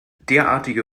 derartige